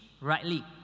rightly